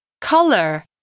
Color